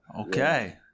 okay